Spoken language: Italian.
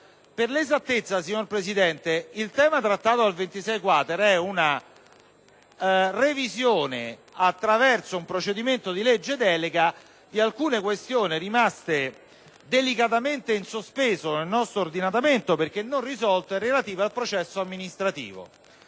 Presidente, il tema trattato dall’articolo 26-quater riguarda la revisione, attraverso un procedimento di legge delega, di alcune questioni rimaste delicatamente in sospeso nel nostro ordinamento, perche´ non risolte, relative al processo amministrativo.